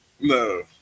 No